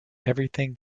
everything